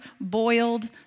boiled